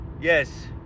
Yes